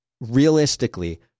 realistically